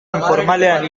informalean